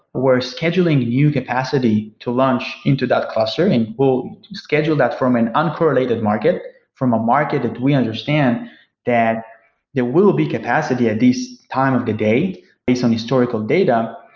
we're scheduling new capacity to launch into that cluster and we'll schedule that from an uncorrelated market from a market that we understand that there will be capacity at this time of the day based on historical data,